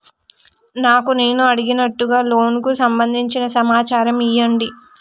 నాకు నేను అడిగినట్టుగా లోనుకు సంబందించిన సమాచారం ఇయ్యండి?